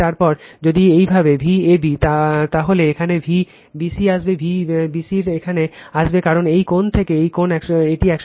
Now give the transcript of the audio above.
তারপর যদি এভাবে Vab হয় তাহলে এখানে Vbc আসবে Vbc এখানে আসবে কারণ এই কোণ থেকে এই কোণ এটি 120o